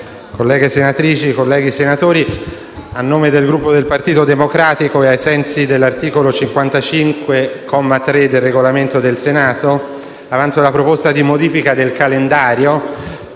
colleghe senatrici e colleghi senatori, a nome del Gruppo Partito Democratico, ai sensi dell’articolo 55, comma 3, del Regolamento del Senato, avanzo la proposta di modifica del calendario